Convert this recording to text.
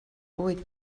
bywyd